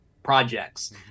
projects